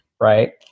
Right